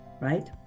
right